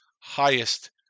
highest